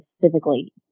physically